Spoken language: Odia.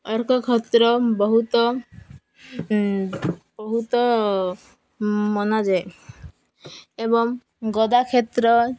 ଅର୍କ କ୍ଷେତ୍ର ବହୁତ ବହୁତ ମନାଯାଏ ଏବଂ ଗଦାକ୍ଷେତ୍ର